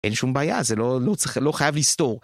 אין שום בעיה, זה לא צריך, לא חייב לסתור.